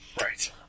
Right